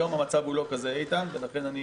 היום המצב הוא לא כזה, איתן, ולכן אני